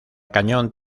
cañón